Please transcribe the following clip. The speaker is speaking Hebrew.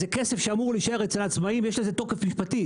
זה כסף שאמור להישאר אצל העצמאים ויש לזה תוקף משפטי